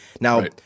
Now